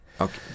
Okay